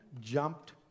jumped